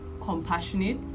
compassionate